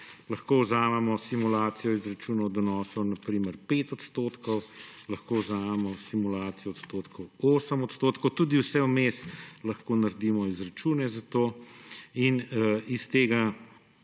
lahko vzamemo simulacijo izračunov donosa na primer 5 odstotkov, lahko vzamemo simulacijo odstotkov 8 odstotkov, tudi vse vmes lahko naredimo izračune za to. Iz tega